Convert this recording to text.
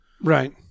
Right